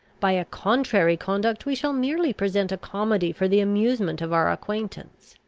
by a contrary conduct we shall merely present a comedy for the amusement of our acquaintance.